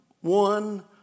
one